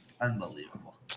Unbelievable